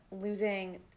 losing